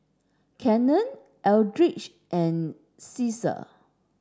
Cannon Eldridge and Ceasar